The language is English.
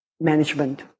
management